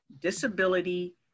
Disability